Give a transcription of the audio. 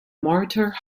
mortar